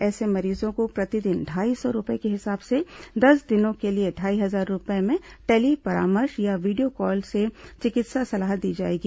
ऐसे मरीजों को प्रतिदिन ढाई सौ रूपये के हिसाब से दस दिनों के लिए ढाई हजार रूपये में टेली परामर्श या वीडियो कॉल से चिकित्सा सलाह दी जाएगी